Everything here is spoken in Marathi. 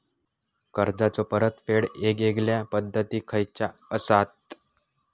कर्जाचो परतफेड येगयेगल्या पद्धती खयच्या असात?